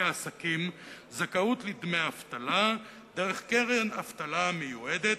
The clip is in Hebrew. העסקים זכאות לדמי אבטלה דרך קרן אבטלה מיועדת,